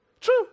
True